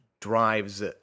drives